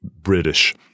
British